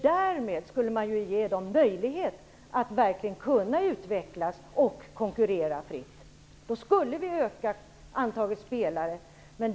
Därmed skulle de ges möjlighet att verkligen utvecklas och konkurrera fritt. Då skulle antalet spelare öka.